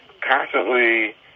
constantly